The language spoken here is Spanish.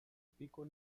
pico